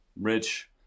rich